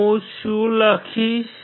હું શું લખીશ